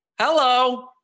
hello